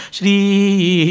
Shri